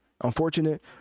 Unfortunate